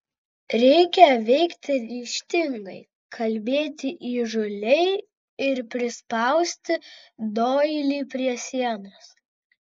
reikia veikti ryžtingai kalbėti įžūliai ir prispausti doilį prie sienos